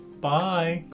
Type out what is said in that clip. Bye